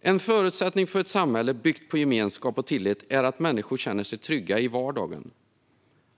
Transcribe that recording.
En förutsättning för ett samhälle byggt på gemenskap och tillit är att människor känner sig trygga i vardagen.